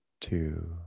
two